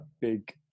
big